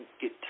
get